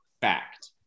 fact